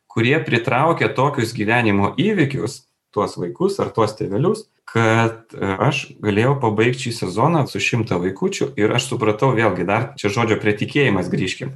kurie pritraukė tokius gyvenimo įvykius tuos vaikus ar tuos tėvelius kad aš galėjau pabaigt šį sezoną su šimtą vaikučių ir aš supratau vėlgi dar čia žodžio prie tikėjimas grįžkim